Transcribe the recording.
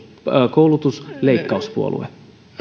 koulutusleikkauspuolue